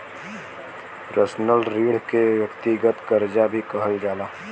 personal ऋण के व्यक्तिगत करजा भी कहल जाला